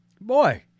Boy